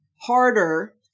harder